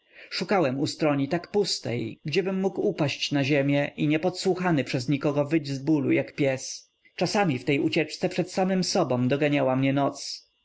szukałem ustroni tak pustej gdziebym mógł upaść na ziemię i nie podsłuchany przez nikogo wyć z bólu jak pies czasami w tej ucieczce przed samym sobą doganiała mnie noc